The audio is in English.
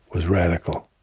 was radical